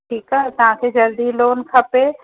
ठीकु आहे तव्हांखे जल्दी लोन खपे